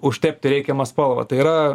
užtepti reikiamą spalvą tai yra